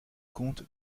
compte